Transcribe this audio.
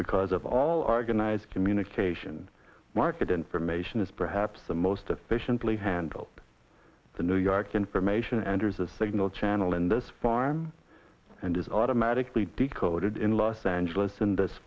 because of all arg nies communication market information is perhaps the most efficiently handled the new york information enters a signal channel in this farm and is automatically decoded in los angeles in this